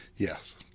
yes